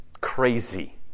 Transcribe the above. crazy